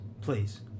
Please